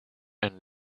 and